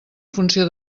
funció